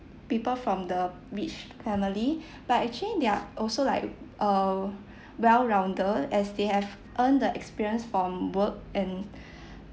people from the rich family but actually they're also like a well rounder as they have earn the experience from work and